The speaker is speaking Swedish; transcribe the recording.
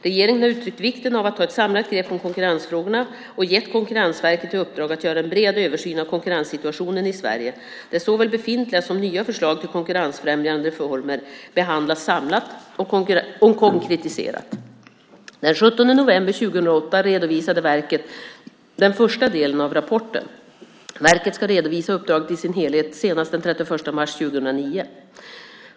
Regeringen har uttryckt vikten av att ta ett samlat grepp om konkurrensfrågorna och gett Konkurrensverket i uppdrag att göra en bred översyn av konkurrenssituationen i Sverige, där såväl befintliga som nya förslag till konkurrensfrämjande reformer behandlas samlat och konkretiserat. Den 17 november 2008 redovisade verket den första delen av rapporten. Verket ska redovisa uppdraget i sin helhet senast den 31 mars 2009.